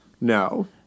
No